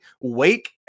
Wake